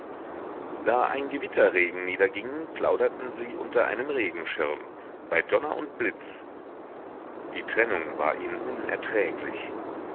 da ein gewitterregen niederging plauderten sie unter einem regenschirm bei donner und blitz die trennung war ihnen unerträglich